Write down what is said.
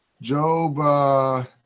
Job